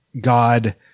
God